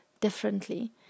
differently